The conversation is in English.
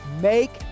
make